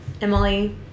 Emily